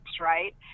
right